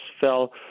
fell